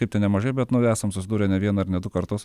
kaip tai nemažai bet nu esam susidūrę ne vieną ir ne du kartus